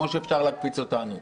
כמו שאפשר להקפיץ אותנו.